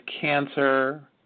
cancer